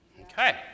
Okay